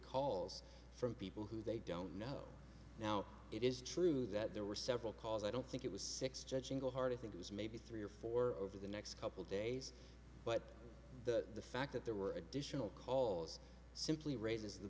calls from people who they don't know now it is true that there were several calls i don't think it was six judging the heart of think it was maybe three or four over the next couple days but the fact that there were additional calls simply raises the